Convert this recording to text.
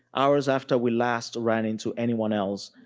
hours after we last ran into anyone else,